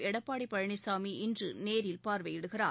எடப்பாடி பழனிசாமி இன்று நேரில் பார்வையிடுகிறார்